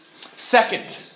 Second